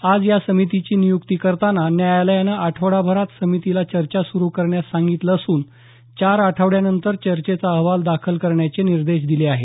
आज या समितीची नियुक्ती करताना न्यायालयानं आठवडाभरात समितीला चर्चा सुरू करण्यात सांगितलं असून चार आठवड्यांनंतर चर्चेचा अहवाल दाखल करण्याचे निर्देश दिले आहेत